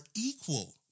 equal